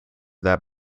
that